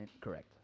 Correct